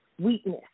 weakness